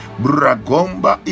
bragomba